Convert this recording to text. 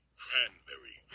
cranberry